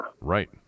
Right